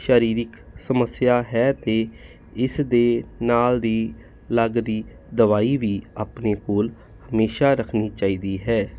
ਸਰੀਰਿਕ ਸਮੱਸਿਆ ਹੈ ਅਤੇ ਇਸ ਦੇ ਨਾਲ ਦੀ ਲੱਗਦੀ ਦਵਾਈ ਵੀ ਆਪਣੇ ਕੋਲ ਹਮੇਸ਼ਾ ਰੱਖਣੀ ਚਾਹੀਦੀ ਹੈ